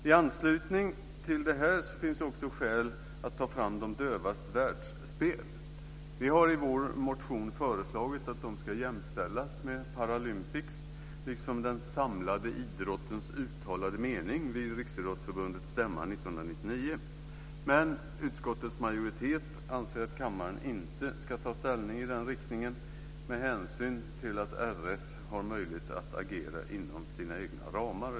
I anslutning till detta finns också skäl att lyfta fram Dövas världsspel. Vi har i vår motion föreslagit att det ska jämställas med Paralympics, vilket var den samlade idrottens mening vid Riksidrottsförbundets stämma år 1999. Men utskottets majoritet anser att kammaren inte ska ta ställning i den riktningen med hänsyn till att RF har möjlighet att agera inom sina egna ramar.